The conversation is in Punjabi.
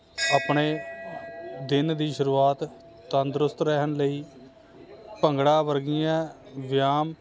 ਆਪਣੇ ਦਿਨ ਦੀ ਸ਼ੁਰੂਆਤ ਤੰਦਰੁਸਤ ਰਹਿਣ ਲਈ ਭੰਗੜਾ ਵਰਗੀਆਂ ਵਿਆਮ